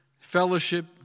fellowship